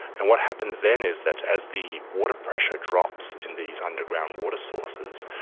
and what happens then is that as the water pressure drops in these underground water sources,